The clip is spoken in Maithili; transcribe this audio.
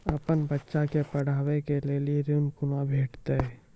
अपन बच्चा के पढाबै के लेल ऋण कुना भेंटते?